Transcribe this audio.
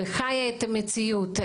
וחיה את המציאות,